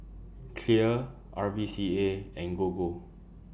Clear R V C A and Gogo